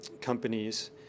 companies